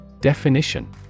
Definition